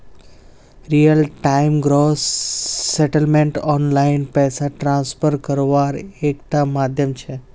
real time gross settlement online पैसा transfer कारवार एक टा माध्यम छे